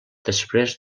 després